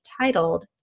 titled